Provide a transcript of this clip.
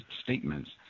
statements